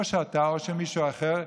או שאתה או שמישהו אחר,